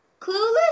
Clueless